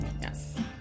Yes